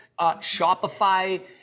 Shopify